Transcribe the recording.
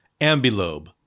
Ambilobe